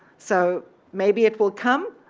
so maybe it will come,